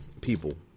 people